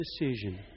decision